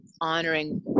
honoring